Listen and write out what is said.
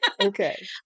Okay